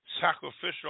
sacrificial